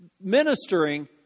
ministering